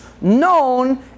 known